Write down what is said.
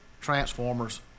transformers